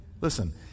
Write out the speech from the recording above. listen